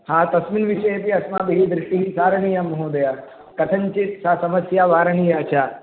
तस्मिन् विषये अपि अस्माभिः दृष्टिः प्रसारणीया महोदय कथञ्चित् सा समस्या वारणीया च